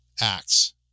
acts